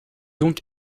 donc